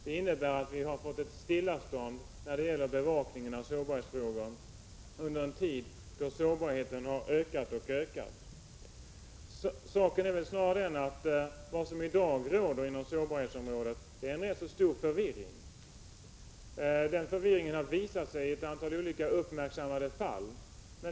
Det innebär att vi har fått ett stillestånd i bevakningen av sårbarhetsfrågorna under en tid då sårbarheten alltmer ökat. Förhållandet är snarare det att det i dag råder en stor förvirring inom sårbarhetsområdet. Denna förvirring har visat sig i ett antal olika uppmärksammade fall.